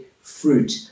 fruit